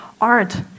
art